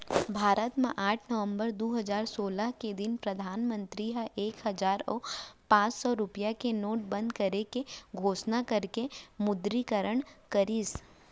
भारत म आठ नवंबर दू हजार सोलह के दिन परधानमंतरी ह एक हजार अउ पांच सौ रुपया के नोट बंद करे के घोसना करके विमुद्रीकरन करिस